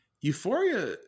Euphoria